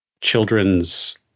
children's